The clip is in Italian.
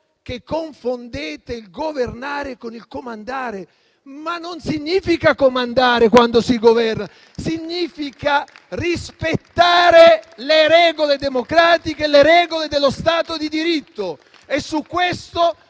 che confondete il governare con il comandare, ma governare non significa comandare, significa rispettare le regole democratiche e le regole dello Stato di diritto. Su questo